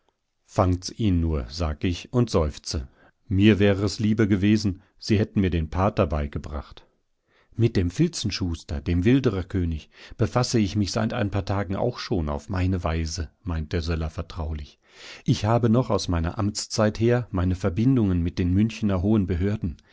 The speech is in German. fangt's ihn nur sag ich und seufze mir wäre es lieber gewesen sie hätten mir den pater beigebracht mit dem filzenschuster dem wildererkönig befasse ich mich seit ein paar tagen auch schon auf meine weise meint der söller vertraulich ich habe noch aus meiner amtszeit her meine verbindung mit den münchener hohen behörden